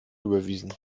überwiesen